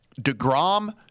deGrom